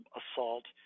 assault